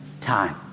time